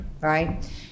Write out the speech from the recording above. Right